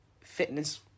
fitness